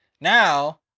Now